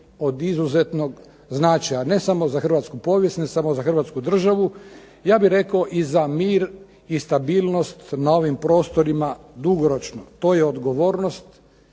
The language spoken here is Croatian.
od izuzetnog značaja, ne samo za Hrvatsku povijest, za Hrvatsku državu ja bih rekao i za mir i stabilnost na ovim prostorima dugoročno, to je i odgovornost